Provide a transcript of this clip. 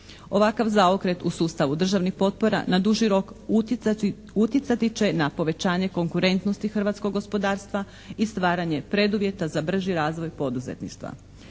Ovakav zaokret u sustavu državnih potpora na duži rok utjecati će na povećanje konkurentnosti hrvatskog gospodarstva i stvaranje preduvjeta za brži razvoj poduzetništva.